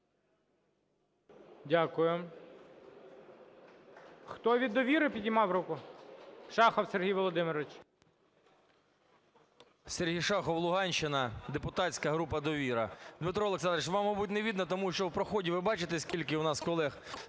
Дякую. Хто від "Довіри" піднімав руку? Шахов Сергій Володимирович. 17:31:28 ШАХОВ С.В. Сергій Шахов, Луганщина, депутатська група "Довіра". Дмитро Олександрович, вам, мабуть, не видно, тому що в проході, ви бачите, скільки в нас колег